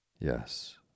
Yes